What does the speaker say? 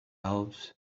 elves